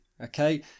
Okay